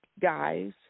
guys